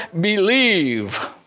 believe